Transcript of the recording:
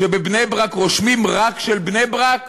שבבני-ברק רושמים רק של בני-ברק,